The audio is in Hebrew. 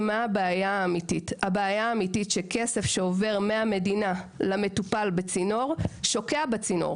הבעיה האמיתית היא שכסף שעובר מהמדינה אל המטופל בצינור שוקע בצינור.